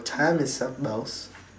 time is up boss